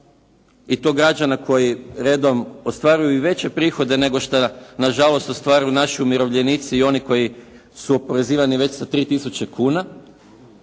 i to građana koji redom ostvaruju i veće prihode nego što na žalost ostvaruju naši umirovljenici i oni koji su oporezivani već sa 3000 kuna.